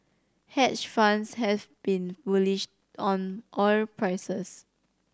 hedge funds have been bullish on oil prices